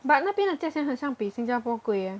but 那边的价钱很像比新加坡贵 eh